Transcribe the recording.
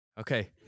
Okay